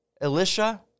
Elisha